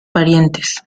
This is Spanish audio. parientes